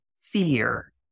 fear